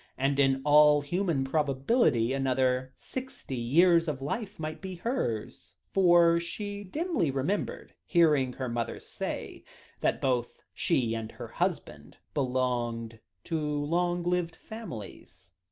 and in all human probability another sixty years of life might be hers, for she dimly remembered hearing her mother say that both she and her husband belonged to long-lived families.